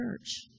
church